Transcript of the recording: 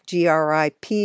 GRIP